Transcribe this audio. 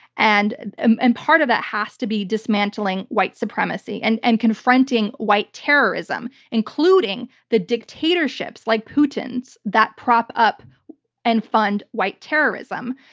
and ah and part of that has to be dismantling white supremacy and and confronting white terrorism, including the dictatorships like putin's that prop up and fund white terrorism.